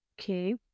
Okay